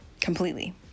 Completely